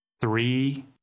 three